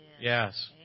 Yes